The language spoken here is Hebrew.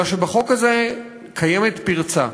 אלא שבחוק הזה קיימת פרצה,